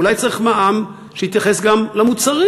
אולי צריך מע"מ שיתייחס גם למוצרים.